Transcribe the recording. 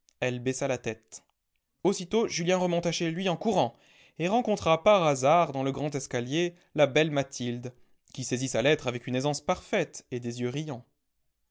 baissa la tête aussitôt julien remonta chez lui en courant et rencontra par hasard dans le grand escalier la belle mathilde qui saisit sa lettre avec une aisance parfaite et des yeux riants